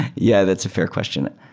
yeah, that's a fair question.